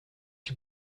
die